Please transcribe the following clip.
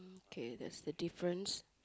kay that's the difference